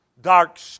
Dark